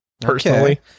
personally